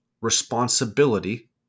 responsibility